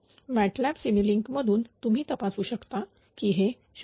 MATLAB Simulink मधून तुम्ही तपासू शकता की हे 0